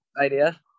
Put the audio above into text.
idea